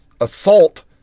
assault